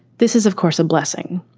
this is, of course, a blessing,